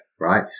Right